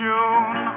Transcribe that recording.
June